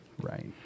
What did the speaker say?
Right